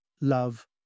love